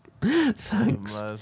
Thanks